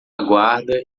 aguarda